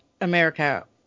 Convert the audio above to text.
America